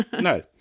No